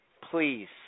please